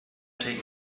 take